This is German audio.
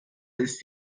ist